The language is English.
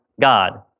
God